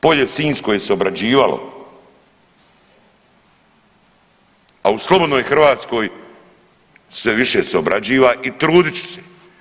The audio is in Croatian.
Polje sinjsko je se obrađivalo, a u slobodnoj Hrvatskoj sve više se obrađiva i trudit ću se.